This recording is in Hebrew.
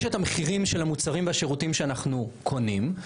יש את המחירים של המוצרים והשירותים שאנחנו קונים,